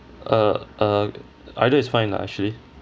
uh uh either is fine lah actually